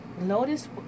Notice